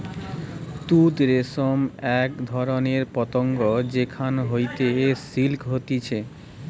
তুত রেশম এক ধরণের পতঙ্গ যেখান হইতে সিল্ক হতিছে